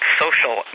social